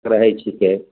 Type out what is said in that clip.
रहै छिकै